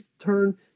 turn